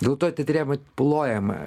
dėl to teatre plojama